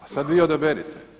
A sada vi odaberite.